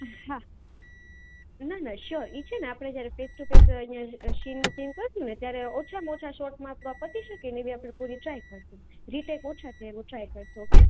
હા ના ના સ્યોર એ છે ને આપણે જ્યારે આપણે ફેસ ટુ ફેસ અહીંયાં સીન કરીશું ને ત્યારે ઓછામાં ઓછા શૉટમાં આપણું આ પતી શકે એવો ટ્રાઇ કરશું રિટેક ઓછા થાય ઓછા ઓકે